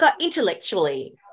intellectually